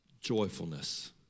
joyfulness